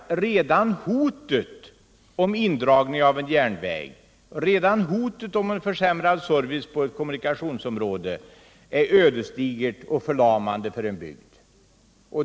Redan hotet om indragning av en järnväg, redan hotet om en försämrad service på ett kommunikationsområde är ödesdigert och förlamande för en bygd.